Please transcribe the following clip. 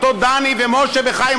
אותו דני ומשה וחיים,